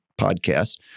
podcast